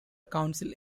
council